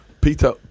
Peter